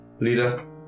leader